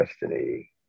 destiny